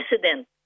president